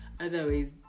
otherwise